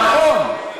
נכון.